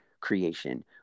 creation